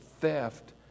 theft